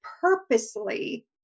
purposely